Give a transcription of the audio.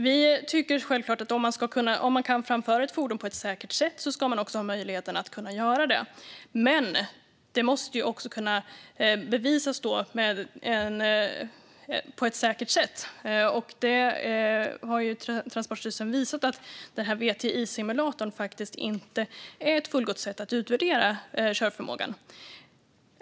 Vi tycker självfallet att om man kan framföra ett fordon på ett säkert sätt ska man ha möjlighet att göra det. Men då måste det kunna bevisas att det sker på ett säkert sätt, och där har Transportstyrelsen visat att VTI-simulatorn inte är ett fullgott sätt att utvärdera körförmågan.